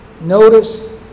Notice